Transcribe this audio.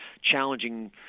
challenging